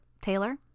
Taylor